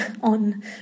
on